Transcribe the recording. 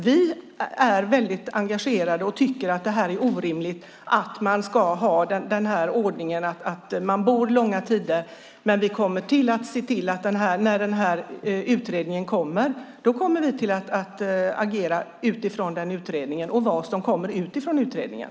Vi är väldigt engagerade och tycker att det är orimligt att ha den här ordningen med boende under långa tider, men vi kommer att agera utifrån vad som kommer ut från utredningen.